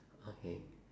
okay